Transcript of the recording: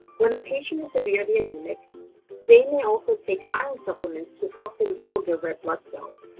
when a patient is severely anemic they may also take iron supplements to help them build their red blood cells.